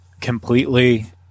completely